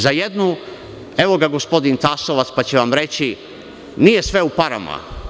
Za jednu, evo ga gospodin Tasovac pa će vam reći – nije sve u parama.